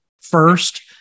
first